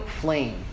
flame